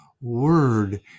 word